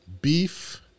Beef